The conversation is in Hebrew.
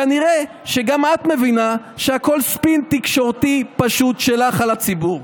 כנראה שגם את מבינה שהכול פשוט ספין תקשורתי שלך על הציבור.